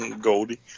Goldie